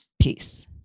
peace